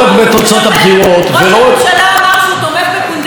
זה החלטתם על תמיכה בפונדקאות?